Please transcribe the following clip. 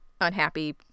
unhappy